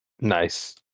Nice